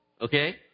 Okay